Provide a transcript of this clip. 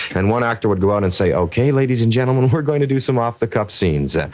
and one actor would go out and say, okay, ladies and gentlemen, we're going to do some off the cuff scenes.